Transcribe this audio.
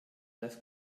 das